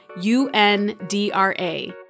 U-N-D-R-A